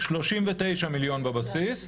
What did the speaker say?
39 מיליון בבסיס,